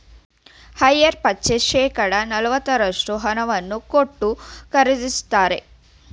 hire purchase ಶೇಕಡ ನಲವತ್ತರಷ್ಟು ಹಣವನ್ನು ಕೊಟ್ಟು ಖರೀದಿಸುತ್ತಾರೆ